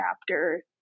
chapter